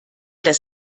das